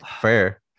fair